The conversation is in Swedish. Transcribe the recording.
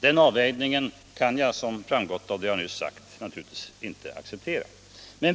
Den avvägningen kan jag, vilket framgått av vad jag nyss sagt, inte acceptera.